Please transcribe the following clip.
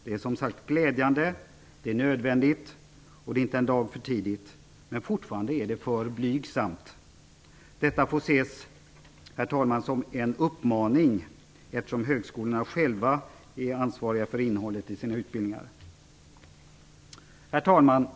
Det är, som sagt, glädjande liksom också nödvändigt och inte en dag för tidigt, men fortfarande är det för blygsamt. Detta får, herr talman, ses som en uppmaning, eftersom högskolorna själva är ansvariga för innehållet i sina utbildningar. Herr talman!